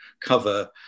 cover